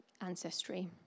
ancestry